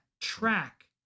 track